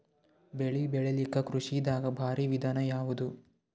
ಬೆಳೆ ಬೆಳಿಲಾಕ ಕೃಷಿ ದಾಗ ಭಾರಿ ವಿಧಾನ ಯಾವುದು?